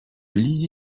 lizy